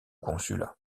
consulat